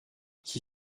qui